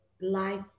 life